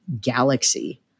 galaxy